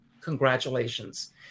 congratulations